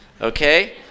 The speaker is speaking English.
okay